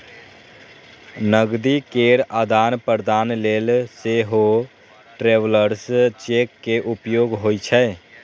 नकदी केर आदान प्रदान लेल सेहो ट्रैवलर्स चेक के उपयोग होइ छै